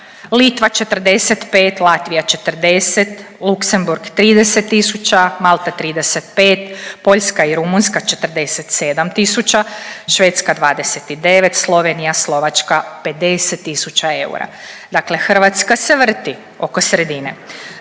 Litva 45, Latvija 40, Luksemburg 30 tisuća, Malta 35, Poljska i Rumunjska 47 tisuća, Švedska 29, Slovenija, Slovačka 50 tisuća eura. Dakle Hrvatska se vrti oko sredine.